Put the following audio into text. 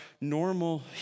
normal